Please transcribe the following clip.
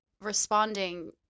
responding